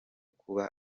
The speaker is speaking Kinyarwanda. kuba